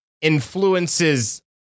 influences